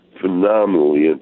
phenomenally